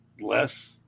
less